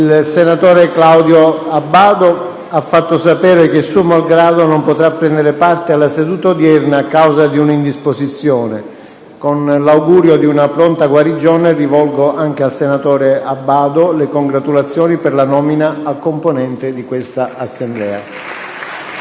Il senatore Claudio Abbado ha fatto sapere che, suo malgrado, non potrà prendere parte alla seduta odierna a causa di un'indisposizione. Con l'augurio di una pronta guarigione, rivolgo anche a lui le congratulazioni per la nomina a componente di questa Assemblea.